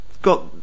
Got